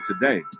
today